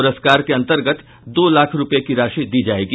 पुरस्कार के अंतर्गत दो लाख रूपये की राशि दी जायेगी